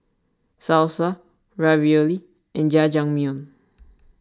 Salsa Ravioli and Jajangmyeon